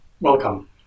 Welcome